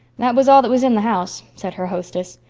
that was all that was in the house, said her hostess.